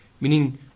meaning